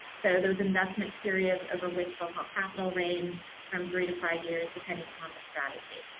so those investment periods over which they'll call capital range from three to five years, depending upon the strategy.